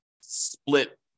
split